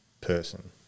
person